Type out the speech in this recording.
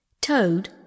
Toad